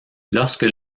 lorsque